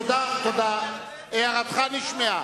תודה, הערתך נשמעה.